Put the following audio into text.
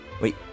wait